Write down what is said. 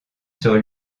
sur